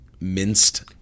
Minced